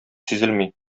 сизелми